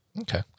Okay